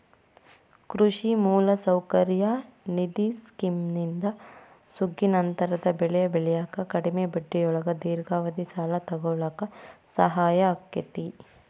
ಕೃಷಿ ಮೂಲಸೌಕರ್ಯ ನಿಧಿ ಸ್ಕಿಮ್ನಿಂದ ಸುಗ್ಗಿನಂತರದ ಬೆಳಿ ಬೆಳ್ಯಾಕ ಕಡಿಮಿ ಬಡ್ಡಿಯೊಳಗ ದೇರ್ಘಾವಧಿ ಸಾಲ ತೊಗೋಳಾಕ ಸಹಾಯ ಆಕ್ಕೆತಿ